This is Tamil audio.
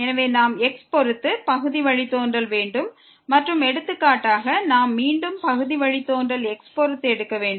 எனவே நம்மிடம் x பொறுத்து பகுதி வழித்தோன்றல் இருக்கிறது மற்றும் எடுத்துக்காட்டாக நாம் மீண்டும் x பொறுத்த பகுதி வழித்தோன்றலை எடுக்க விரும்புகிறோம்